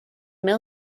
mill